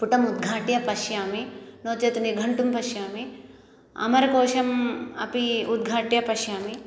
पुटम् उद्घाट्य पश्यामि नो चेत् निघण्टुं पश्यामि अमरकोषम् अपि उद्घाट्य पश्यामि